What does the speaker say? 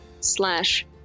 slash